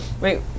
Wait